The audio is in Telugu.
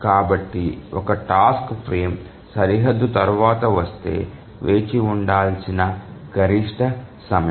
కాబట్టి ఒక టాస్క్ ఫ్రేమ్ సరిహద్దు తర్వాత వస్తే వేచి ఉండాల్సిన గరిష్ట సమయం